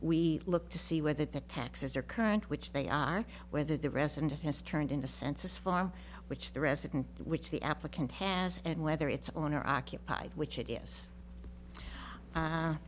we look to see whether the taxes are current which they are whether the resident of has turned into census farm which the resident which the applicant has and whether it's owner occupied which it is